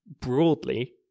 broadly